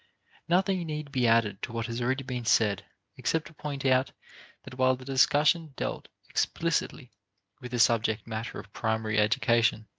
nothing need be added to what has already been said except to point out that while the discussion dealt explicitly with the subject matter of primary education,